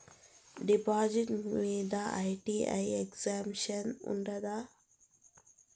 డిపాజిట్లు మీద IT exemption ఉందా?